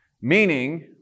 meaning